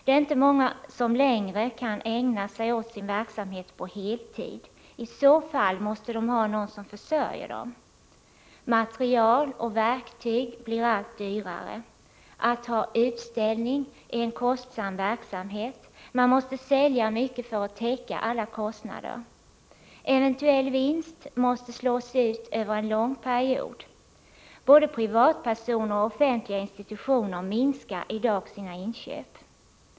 Det är inte längre många som kan ägna sig åt sin verksamhet på heltid. I så fall måste de ha någon som försörjer dem. Material och verktyg blir allt dyrare. Att ha utställning är kostsamt; man måste sälja mycket för att täcka alla kostnader. Eventuell vinst måste slås ut över en lång period. Både privatpersoner och offentliga institutioner minskar i dag sina inköp.